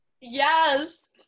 Yes